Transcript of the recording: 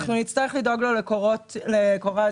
אנחנו נצטרך לדאוג לו לקורת גג.